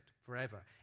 forever